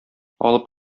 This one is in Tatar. алып